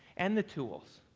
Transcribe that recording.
and the tools.